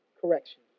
Correction